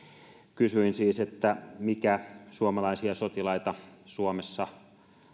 kysyin siis mikä suomalaisia sotilaita suomessa